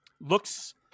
Looks